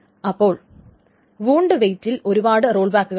അപ്പോൾ വുണ്ട് വെയിറ്റിൽ ഒരുപാട് റോൾ ബാക്കുകളുണ്ട്